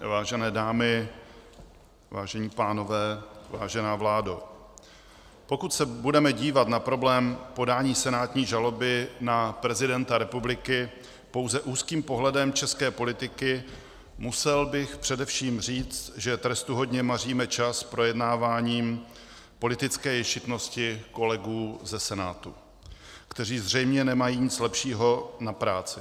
Vážené dámy, vážení pánové, vážená vládo, pokud se budeme dívat na problém podání senátní žaloby na prezidenta republiky pouze úzkým pohledem české politiky, musel bych především říct, že trestuhodně maříme čas projednáváním politické ješitnosti kolegů ze Senátu, kteří zřejmě nemají nic lepšího na práci.